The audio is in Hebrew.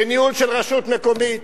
בניהול של רשות מקומית.